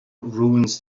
ruins